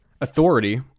authority